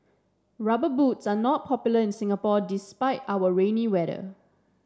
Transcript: rubber boots are not popular in Singapore despite our rainy weather